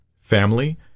family